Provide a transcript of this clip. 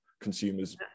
consumers